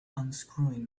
unscrewing